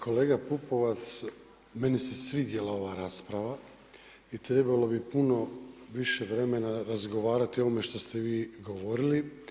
Kolega Pupovac, meni se svidjela ova rasprava i trebalo bi puno više vremena razgovarati o ovome što ste vi govorili.